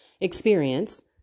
experience